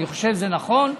אני חושב שזה נכון,